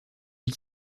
les